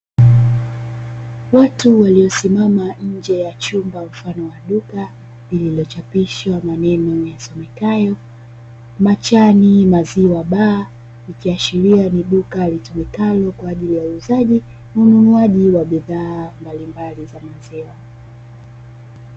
Watu waliosimama nje ya chumba mfano wa duka, lililochapishwa maneno yasomekayo ''machani maziwa baa", ikiashiria ni duka litumikalo kwa ajili ya uuzaji na ununuaji wa bidhaa mbalimbali za maziwa.